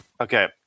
Okay